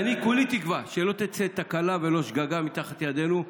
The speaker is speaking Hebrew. כולי תקווה שלא תצא תקלה, ולא שגגה, מתחת ידינו,